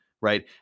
right